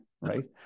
right